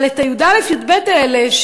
אבל לגבי תלמידי י"א-י"ב האלה,